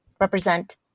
represent